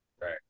Right